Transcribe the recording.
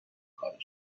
کارشون